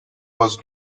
was